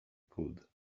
could